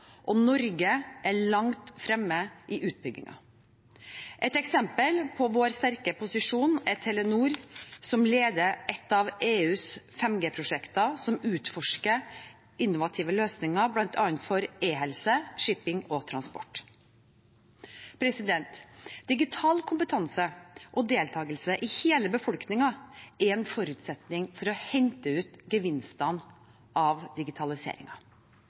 og Norge er langt fremme i utbyggingen. Et eksempel på vår sterke posisjon er Telenor som leder et av EUs 5G-prosjekter som utforsker innovative løsninger, bl.a. for e-helse, shipping og transport. Digital kompetanse og deltakelse i hele befolkningen er en forutsetning for å hente ut gevinstene av